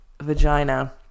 vagina